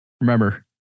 Remember